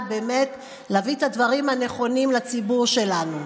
באמת להביא את הדברים הנכונים לציבור שלנו.